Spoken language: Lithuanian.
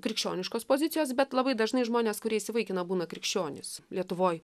krikščioniškos pozicijos bet labai dažnai žmonės kurie įsivaikina būna krikščionys lietuvoj